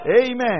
Amen